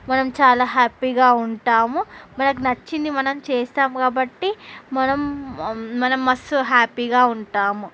మనం చాలా హ్యాపీగా ఉంటాము మనకి నచ్చింది మనం చేస్తాము కాబట్టి మనం మనం మస్త్ హ్యాపీగా ఉంటాము